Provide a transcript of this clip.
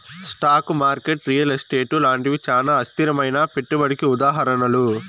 stock market real estate లాంటివి చానా అస్థిరమైనా పెట్టుబడికి ఉదాహరణలు